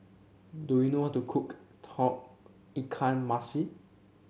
do you know how to cook Tauge Ikan Masin